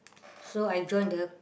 so I join the